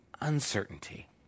uncertainty